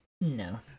No